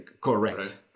correct